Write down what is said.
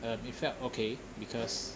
uh it felt okay because